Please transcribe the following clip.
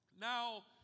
Now